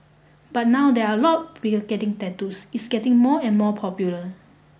but now there are a lot of getting tattoos it's getting more and more popular